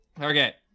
Okay